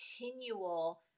continual